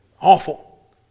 Awful